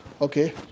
Okay